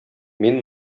мин